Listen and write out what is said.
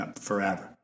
forever